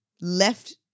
Left